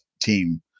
team